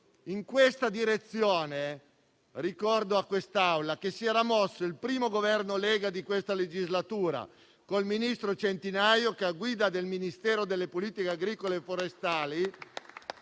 In questa direzione, ricordo a questa Assemblea che si era mosso il primo Governo della Lega di questa legislatura, con il ministro Centinaio che a guida del Ministero delle politiche agricole e forestali,